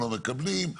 לא מקבלים.